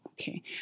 Okay